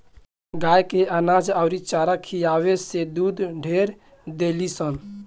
गाय के अनाज अउरी चारा खियावे से दूध ढेर देलीसन